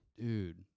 Dude